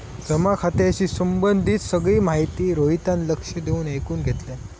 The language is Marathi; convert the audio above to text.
जमा खात्याशी संबंधित सगळी माहिती रोहितान लक्ष देऊन ऐकुन घेतल्यान